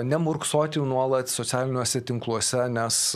nemurksoti nuolat socialiniuose tinkluose nes